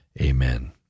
Amen